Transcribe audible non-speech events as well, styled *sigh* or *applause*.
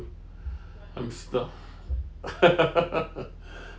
I'm stuffed *laughs*